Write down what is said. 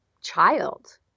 child